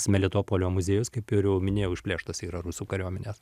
smėlitopolio muziejus kaip ir jau minėjau išplėštas yra rusų kariuomenės